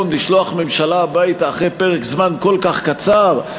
לשלוח ממשלה הביתה אחרי פרק זמן כל כך קצר,